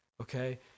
okay